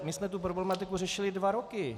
My jsme tu problematiku řešili dva roky.